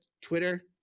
Twitter